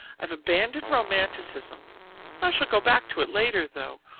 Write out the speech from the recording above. i've abandoned romanticism i shall go back to it later though,